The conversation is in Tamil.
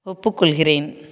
ஒப்புக்கொள்கிறேன்